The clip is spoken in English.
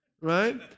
Right